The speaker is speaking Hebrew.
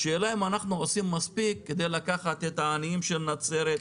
השאלה אם אנחנו עושים מספיק כדי לקחת את העניים של נצרת,